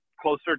closer